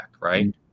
right